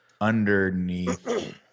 underneath